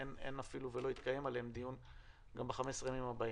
אפילו לא יתקיים עליהם דיון גם ב-15 הימים הבאים.